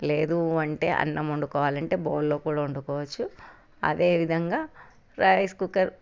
లేదు అంటే అన్నం వండుకోవాలి అంటే బౌల్లో కూడా వండుకోవచ్చు అదేవిధంగా రైస్ కుక్కర్